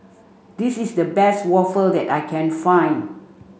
this is the best Waffle that I can find